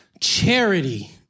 charity